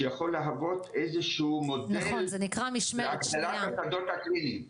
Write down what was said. שיכול להוות איזשהו מודל להגדלת השדות הקליניים.